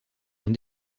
ont